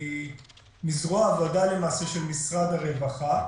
מזרוע העבודה של משרד הרווחה,